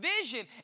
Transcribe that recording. vision